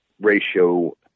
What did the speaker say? ratio